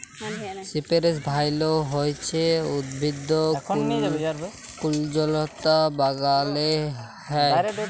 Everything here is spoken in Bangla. সিপেরেস ভাইল হছে উদ্ভিদ কুল্জলতা বাগালে হ্যয়